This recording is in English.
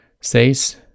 says